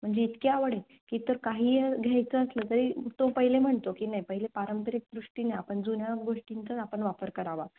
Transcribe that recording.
म्हणजे इतकी आवड आहे की तर काही घ्यायचं असलं तरी तो पहिले म्हणतो की नाही पहिले पारंपरिक दृष्टीने आपण जुन्या गोष्टींचाच आपण वापर करावा